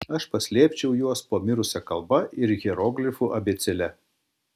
aš paslėpčiau juos po mirusia kalba ir hieroglifų abėcėle